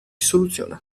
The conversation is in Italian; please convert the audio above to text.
soluzione